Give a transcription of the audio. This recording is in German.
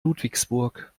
ludwigsburg